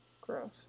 Gross